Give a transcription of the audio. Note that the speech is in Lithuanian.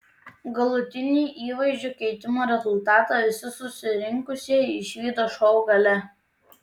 galutinį įvaizdžio keitimo rezultatą visi susirinkusieji išvydo šou gale